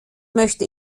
möchte